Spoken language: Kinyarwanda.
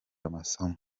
amasomo